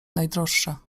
najdroższa